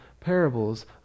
parables